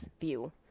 view